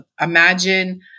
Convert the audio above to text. Imagine